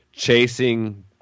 chasing